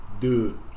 Dude